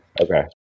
okay